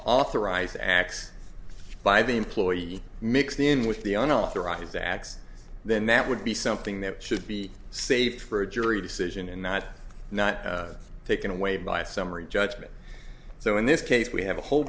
authorized acts by the employee mixed in with the un authorized the acts then that would be something that should be saved for a jury decision and not not taken away by summary judgment so in this case we have a whole